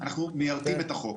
אנחנו מיירדים את החוק.